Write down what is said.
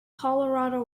colorado